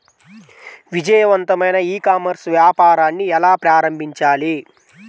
విజయవంతమైన e-commerce వ్యాపారాన్ని ఎలా ప్రారంభించాలి?